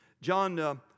John